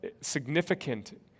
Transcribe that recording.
significant